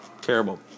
Terrible